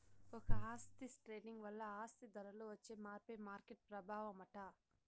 ఒక ఆస్తి ట్రేడింగ్ వల్ల ఆ ఆస్తి ధరలో వచ్చే మార్పే మార్కెట్ ప్రభావమట